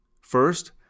First